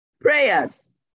prayers